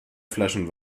flaschen